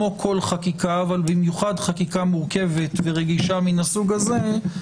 כמו כל חקיקה אבל במיוחד חקיקה מורכבת ורגישה מהסוג הזה,